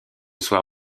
soir